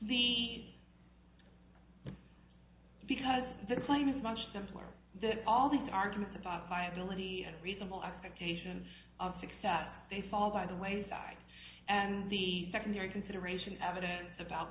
the because the claim is much simpler that all these arguments about viability and a reasonable expectation of success they fall by the wayside and the secondary consideration evidence about